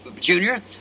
junior